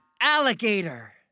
alligator